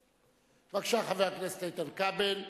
בבקשה, חבר הכנסת איתן כבל.